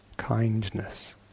kindness